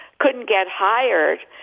couldn't get hired.